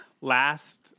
last